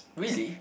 really